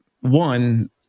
one